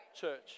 church